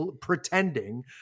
pretending